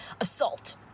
Assault